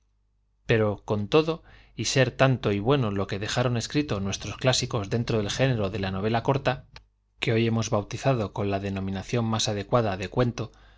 pero con todo y ser tanto y bueno lo que escrito nuestros clásicos dentro del dejaron género de la novela corta que hoy hemos bautizado con ía denominación más adecuada de cueñto